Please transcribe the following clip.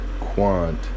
quant